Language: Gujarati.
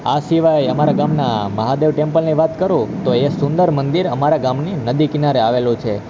આ સિવાય અમારા ગામના મહાદેવ ટેમ્પલની વાત કરું તો એ સુંદર મંદિર અમારા ગામની નદી કિનારે આવેલું છે